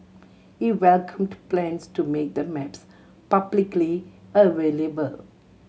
he welcomed plans to make the maps publicly available